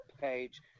page